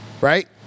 right